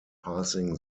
passing